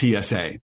TSA